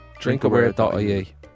drinkaware.ie